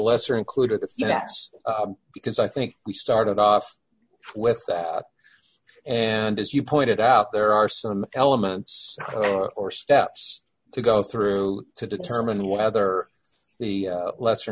lesser included the units because i think we started off with that and as you pointed out there are some elements or steps to go through to determine whether the lesser